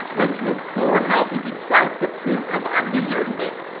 when to implore help, is itself the proof of undesert of it.